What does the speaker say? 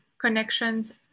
Connections